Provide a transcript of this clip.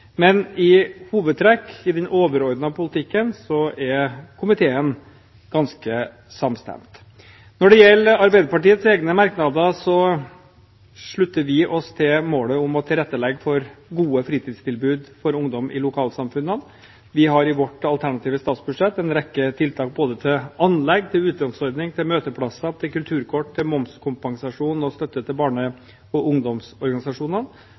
Men i hovedtrekk er komiteen ganske samstemt i den overordnede politikken. Når det gjelder Arbeiderpartiets egne merknader, slutter vi oss til målet om å tilrettelegge for gode fritidstilbud for ungdom i lokalsamfunnene. Vi har i vårt alternative statsbudsjett en rekke tiltak både til anlegg, til utlånsordning, til møteplasser, til kulturkort, til momskompensasjon og til støtte til barne- og ungdomsorganisasjonene.